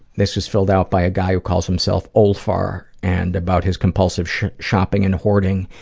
this is filled out by a guy who calls himself olfar, and about his compulsive shopping and hoarding,